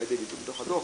בתוך הדוח,